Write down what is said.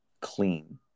clean